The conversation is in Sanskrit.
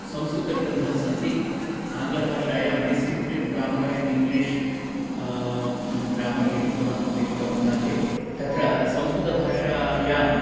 संस्कृतग्रन्थास्सन्ति आङ्ग्लभाषायां descriptive grammar of English grammar लिखितवान् लिखितवन्तः ते तत्र संस्कृतभाषायाम्